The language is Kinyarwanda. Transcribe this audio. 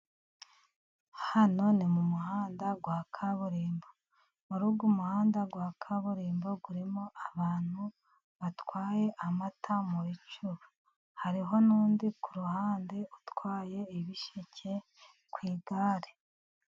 Hano ni mu muhanda wa kaburimbo muri uyu muhanda wa kaburimbo urimo abantu batwaye amata, mu bicuba, hariho n'undi ku ruhande utwaye ibisheke ku igare.